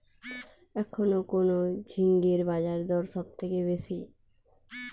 এখন কোন ঝিঙ্গের বাজারদর সবথেকে বেশি?